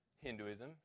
Hinduism